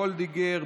מיכל וולדיגר,